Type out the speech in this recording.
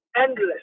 endless